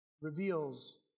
reveals